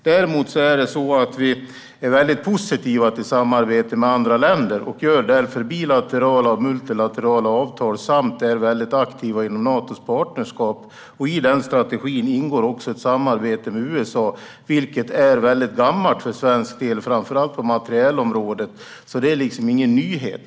Vi är dock mycket positiva till samarbete med andra länder och ingår därför bilaterala och multilaterala avtal och är aktiva inom Natos partnerskap. I den strategin ingår också ett samarbete med USA, vilket är gammalt för svensk del, framför allt på materielområdet. Det är alltså ingen nyhet.